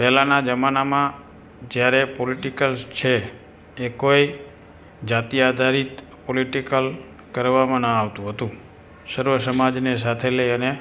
પહેલાંના જમાનામાં જ્યારે પોલિટિકલ્સ છે એ કોઇ જાતિ આધારિત પોલિટિકલ કરવામાં ન આવતું હતું સર્વ સમાજને સાથે લઈ અને